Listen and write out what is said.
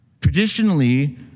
Traditionally